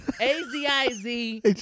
A-Z-I-Z